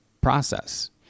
process